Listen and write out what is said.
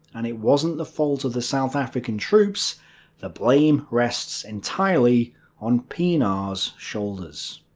and it wasn't the fault of the south african troops the blame rests entirely on pienaar's shoulders.